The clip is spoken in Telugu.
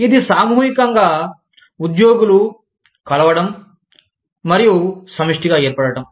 ఇది సామూహికంగా ఉద్యోగులు కలవడం మరియు సమిష్టిగా ఏర్పడటం